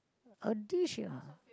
a dish ah